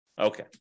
okay